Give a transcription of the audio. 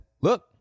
Look